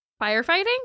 firefighting